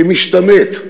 כמשתמט,